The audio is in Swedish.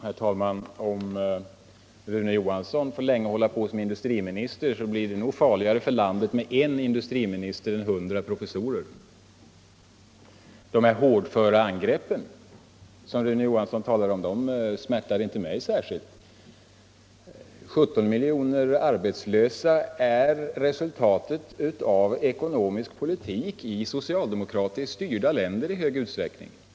Herr talman! Om Rune Johansson får hålla på länge som industriminister blir det nog farligare för landet med en industriminister än med hundra professorer. De hårdföra angrepp som Rune Johansson talar om smärtar inte mig särskilt. 17 miljoner arbetslösa är resultat av ekonomisk politik i socialdemokratiskt styrda länder i hög utsträckning.